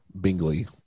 Bingley